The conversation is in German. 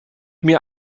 mir